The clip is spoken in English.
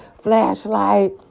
flashlight